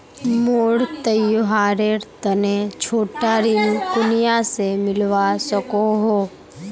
मोक त्योहारेर तने छोटा ऋण कुनियाँ से मिलवा सको हो?